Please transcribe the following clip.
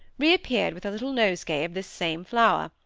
re-appeared with a little nosegay of this same flower,